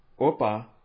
Opa